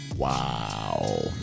Wow